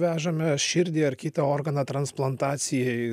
vežame širdį ar kitą organą transplantacijai